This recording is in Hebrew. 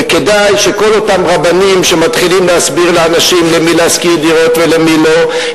וכדאי שכל אותם רבנים שמתחילים להסביר לאנשים למי להשכיר דירות ולמי לא,